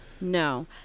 no